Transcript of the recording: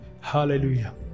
Hallelujah